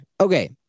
Okay